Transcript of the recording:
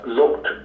looked